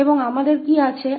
और हमारे पास क्या है